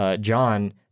John